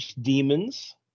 demons